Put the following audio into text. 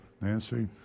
Nancy